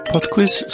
Podquiz